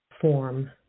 form